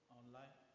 online